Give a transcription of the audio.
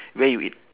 where you eat